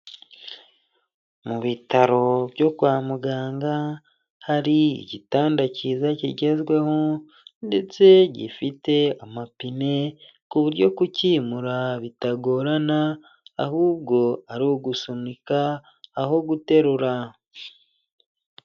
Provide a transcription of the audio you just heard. Mu bitaro byo kwa muganga hari igitanda cyiza kigezweho ndetse gifite amapine ku buryo kucyimura bitagorana ahubwo ari ugusunika aho guterura.